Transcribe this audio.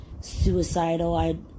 suicidal